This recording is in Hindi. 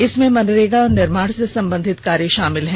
इसमें मनरेगा और निर्माण से संबंधित कार्य शामिल हैं